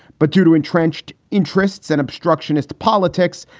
but due to entrenched interests and obstructionist politics,